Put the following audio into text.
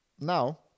Now